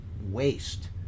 waste